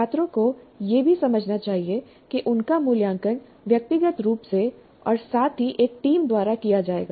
छात्रों को यह भी समझना चाहिए कि उनका मूल्यांकन व्यक्तिगत रूप से और साथ ही एक टीम द्वारा किया जाएगा